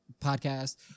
podcast